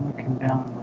came down,